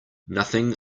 nothing